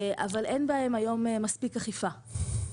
אבל אין בהם היום מספיק אכיפה.